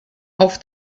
auf